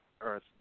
earth